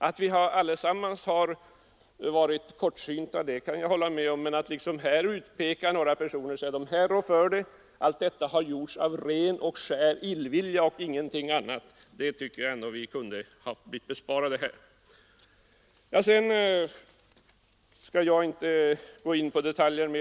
Att vi allesammans har varit kortsynta kan jag hålla med om, men jag tycker ändå att vi kunde ha besparats påståenden om att några personer är skyldiga för detta och har gjort detta av ren illvilja. Jag skall inte gå ytterligare in på detaljer.